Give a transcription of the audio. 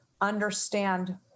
understand